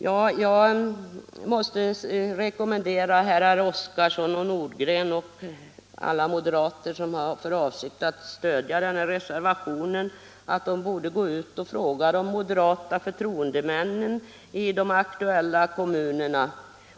Jag måste rekommendera herrar Oskarson och Nordgren och alla moderater som har för avsikt att stödja denna reservation att gå ut och fråga de moderata förtroendemännen i de aktuella kommunerna.